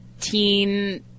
teen